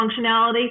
functionality